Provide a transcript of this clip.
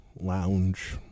lounge